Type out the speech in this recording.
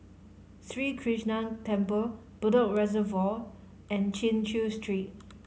Sri Krishnan Temple Bedok Reservoir and Chin Chew Street